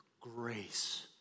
grace